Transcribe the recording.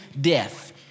death